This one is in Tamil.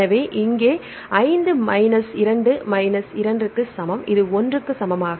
எனவே இங்கே 5 மைனஸ் 2 மைனஸ் 2 சரியானது இது 1 க்கு சமம்